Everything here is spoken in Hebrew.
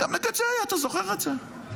אתה זוכר את זה.